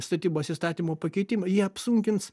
statybos įstatymo pakeitimai jie apsunkins